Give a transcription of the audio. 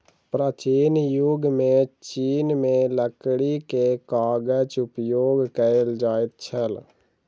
प्राचीन युग में चीन में लकड़ी के कागज उपयोग कएल जाइत छल